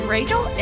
Rachel